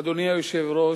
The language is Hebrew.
אדוני היושב-ראש,